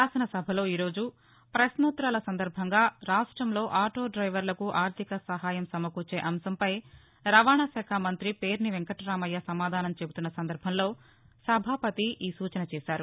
శాసన సభలో ఈ రోజు పశ్సోత్తరాల సందర్భంగా రాష్టంలో ఆటోడైవర్లకు ఆర్థిక సహాయం సమకూర్చే అంశంపై రవాణా శాఖ మంతి పేర్ని వెంకటామయ్య సమాధానం చెబుతున్న సందర్బంలో సభాపతి ఈ సూచన చేశారు